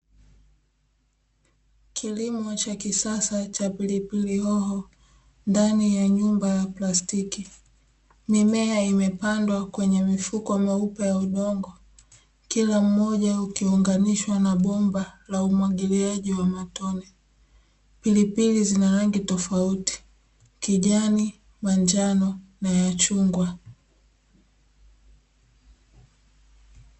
Kilimo cha kisasa cha pilipili hoho ndani ya nyumba ya plastiki, mimea imepandwa kwenye mifuko meupe ya udongo kila mmoja ukiunganishwa na bomba la umwagiliaji wa matone, pilipili zina rangi tofauti kijani, manjano na ya chungwa.